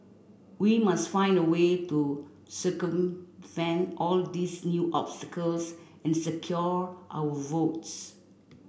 we must find a way to circumvent all these new obstacles and secure our votes